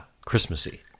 Christmassy